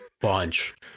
bunch